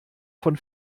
von